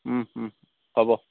হ'ব